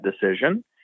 decision